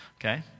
Okay